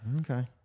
Okay